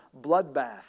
Bloodbath